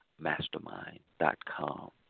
mastermind.com